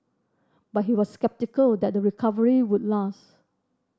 but he was sceptical that the recovery would last